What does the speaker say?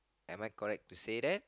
am I correct to say that